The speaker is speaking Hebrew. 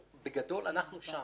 בגדול, אנחנו שם.